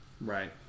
right